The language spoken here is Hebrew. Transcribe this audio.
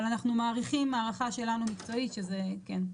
אבל אנחנו מעריכים הערכה שלנו מקצועית שזה כן,